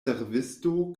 servisto